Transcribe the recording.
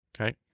Okay